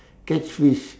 catch fish